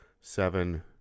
seven